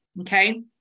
Okay